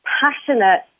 passionate